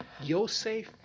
Yosef